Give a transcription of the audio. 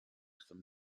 some